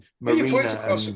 Marina